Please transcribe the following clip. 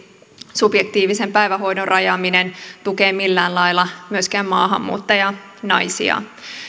subjektiivisen päivähoito oikeuden rajaaminen tukee millään lailla myöskään maahanmuuttajanaisia